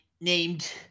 named